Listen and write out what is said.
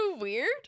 weird